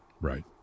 right